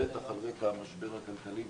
בטח על רקע המשבר הכלכלי,